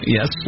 Yes